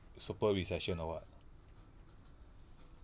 super recession or what